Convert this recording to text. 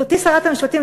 גברתי שרת המשפטים,